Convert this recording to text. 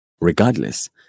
regardless